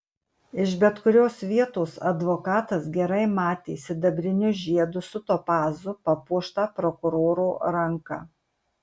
iš bet kurios vietos advokatas gerai matė sidabriniu žiedu su topazu papuoštą prokuroro ranką